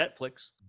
Netflix